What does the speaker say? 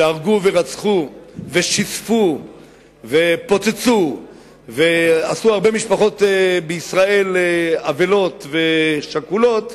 שהרגו ורצחו ושיספו ופוצצו ועשו הרבה משפחות בישראל אבלות ושכולות,